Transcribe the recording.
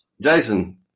Jason